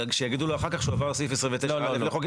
שיגידו לו אחר כך שהוא עבר על סעיף 29(א) לחוק